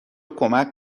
کمک